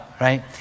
right